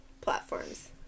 platforms